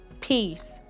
peace